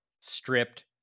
stripped